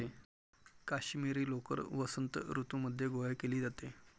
काश्मिरी लोकर वसंत ऋतूमध्ये गोळा केली जाते